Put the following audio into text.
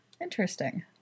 interesting